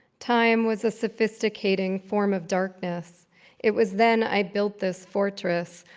time was a sophisticating form of darkness it was then i built this fortress,